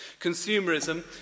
Consumerism